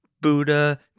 Buddha